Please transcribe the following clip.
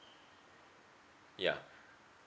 yeah